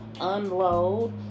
unload